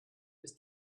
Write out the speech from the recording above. bis